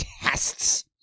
tests